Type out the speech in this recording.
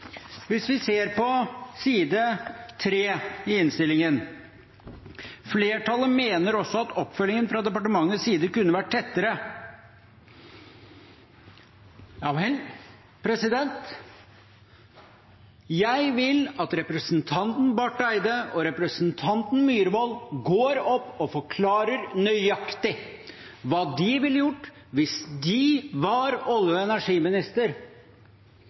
Hvis vi ser på side 3 i innstillingen: «Flertallet mener også at oppfølgingen fra departementets side kunne vært tettere.» Ja vel? Jeg vil at representanten Barth Eide og representanten Myhrvold går opp og forklarer nøyaktig hva de ville gjort hvis de var olje- og energiminister.